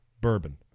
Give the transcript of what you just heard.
bourbon